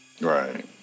right